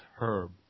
Herb